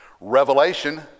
Revelation